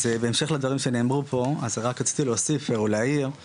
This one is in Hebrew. אני לא חושב שראוי להפיל את הכול על משרד החינוך,